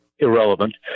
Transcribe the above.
irrelevant